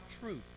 truth